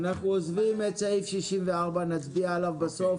אנחנו עוזבים את סעיף 64, נצביע עליו בסוף.